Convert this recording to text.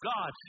God